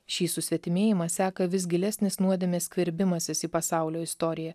šį susvetimėjimą seka vis gilesnis nuodėmės skverbimasis į pasaulio istoriją